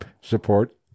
support